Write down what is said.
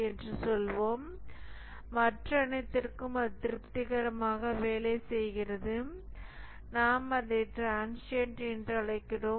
என்று சொல்வோம் மற்ற அனைத்திற்கும் அது திருப்திகரமாக வேலை செய்கிறது நாம் அதை டிரன்சியண்ட் என்று அழைக்கிறோம்